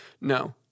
No